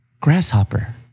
Grasshopper